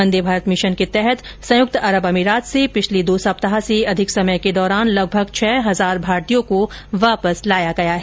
वंदे Bharat mission के अन्तर्गत संयुक्त अरब अमीरात से पिछले दो सप्ताह से अधिक समय के दौरान लगभग छह हजार भारतीयों को वापस लाया गया है